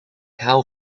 hou